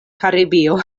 karibio